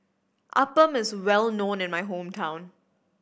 Appam is well known in my hometown